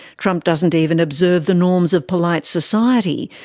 trump doesn't even observe the norms of polite society.